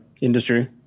industry